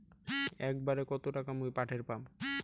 একবারে কত টাকা মুই পাঠের পাম?